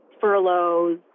furloughs